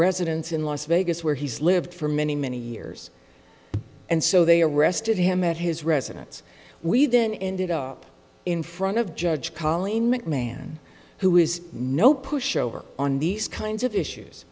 residence in las vegas where he's lived for many many years and so they arrested him at his residence we then ended up in front of judge colleen mcmahon who is no pushover on these kinds of issues